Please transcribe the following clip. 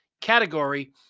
category